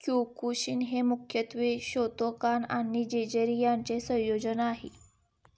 Kyokushin हे मुख्यत्वे Shotokan आणि जेजरि यांचे संयोजन आहे